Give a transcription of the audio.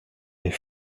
est